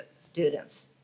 students